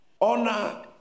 Honor